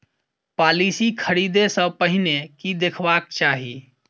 Policy खरीदै सँ पहिने की देखबाक चाहि?